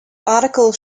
article